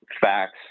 facts